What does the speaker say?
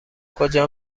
کجا